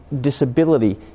disability